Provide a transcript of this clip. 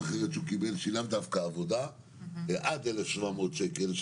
אחרת שהוא קיבל שהיא לאו דווקא עבודה עד 1,700 שקלים,